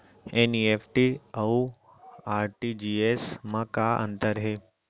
NEFT अऊ RTGS मा का अंतर हे?